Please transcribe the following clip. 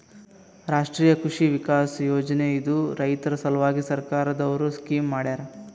ರಾಷ್ಟ್ರೀಯ ಕೃಷಿ ವಿಕಾಸ್ ಯೋಜನಾ ಇದು ರೈತರ ಸಲ್ವಾಗಿ ಸರ್ಕಾರ್ ದವ್ರು ಸ್ಕೀಮ್ ಮಾಡ್ಯಾರ